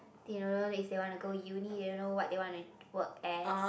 they don't know if they want to go uni they don't know what they want to work as